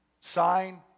Sign